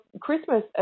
Christmas